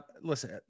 listen